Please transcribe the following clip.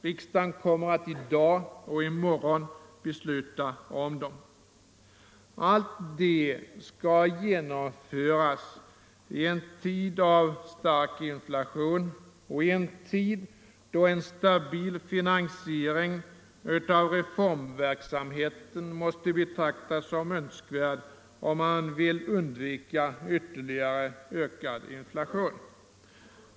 Riksdagen kommer att i dag och i morgon besluta om det. Allt detta skall genomföras i en tid av stark inflation och då en stabil finansiering av reformverksamheten måste betraktas som önskvärd, om man vill undvika ytterligare ökad inflation.